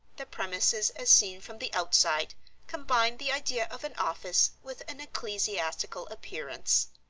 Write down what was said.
the premises as seen from the outside combined the idea of an office with an ecclesiastical appearance.